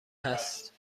هست